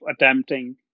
attempting